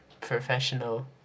professional